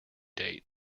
date